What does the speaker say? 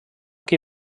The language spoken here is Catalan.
qui